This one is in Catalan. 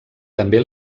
també